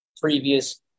previous